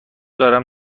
دارم